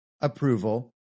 approval